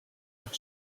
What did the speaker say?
байх